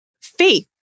faith